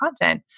content